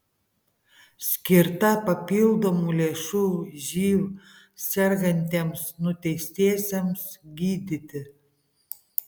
skirta papildomų lėšų živ sergantiems nuteistiesiems gydyti